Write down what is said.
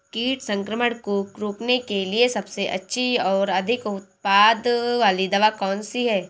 कीट संक्रमण को रोकने के लिए सबसे अच्छी और अधिक उत्पाद वाली दवा कौन सी है?